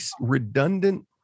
redundant